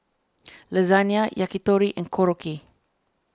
Lasagna Yakitori and Korokke